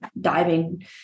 diving